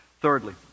Thirdly